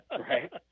Right